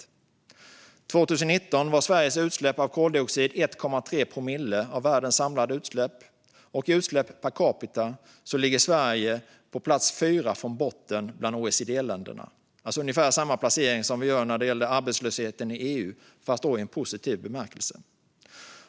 År 2019 var Sveriges utsläpp av koldioxid 1,3 promille av världens samlade koldioxidutsläpp, och i utsläpp per capita ligger Sverige på plats fyra från botten bland OECD-länderna. Det är alltså ungefär samma placering som när det gäller arbetslösheten i EU, fast i en positiv bemärkelse.